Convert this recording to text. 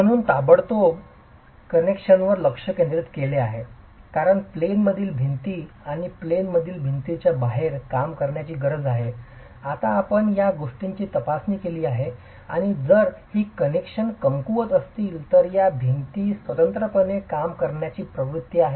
म्हणून ताबडतोब कनेक्शनवर लक्ष केंद्रित केले आहे कारण प्लेन मधील भिंती आणि प्लेन मधील भिंतींच्या बाहेर काम करण्याची गरज आहे आता आपण या गोष्टीची तपासणी केली आहे आणि जर ही कनेक्शन कमकुवत असतील तर या भिंती स्वतंत्रपणे कार्य करण्याची प्रवृत्ती आहे